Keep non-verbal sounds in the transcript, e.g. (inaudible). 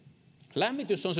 lämmitys on (unintelligible)